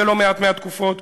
בלא מעט מהתקופות,